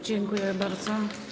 Dziękuję bardzo.